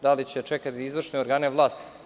Da li treba da čekamo izvršne organe vlasti?